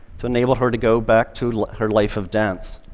to enable her to go back to her life of dance.